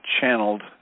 channeled